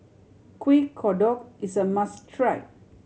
Kuih Kodok is a must try